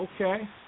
Okay